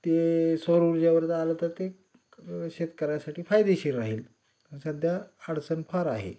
ते सौरऊर्जावर झालं तर ते शेतकऱ्यासाठी फायदेशीर राहील सध्या अडचण फार आहे